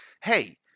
Hey